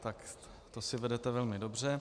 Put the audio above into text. Tak to si vedete velmi dobře.